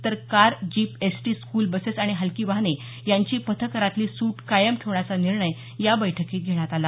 तर car jeep ST school buses आणि हलकी वाहने यांची पथकरातली सूट कायम ठेवण्याचा निर्णय या बैठकीत घेण्यात आला